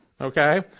Okay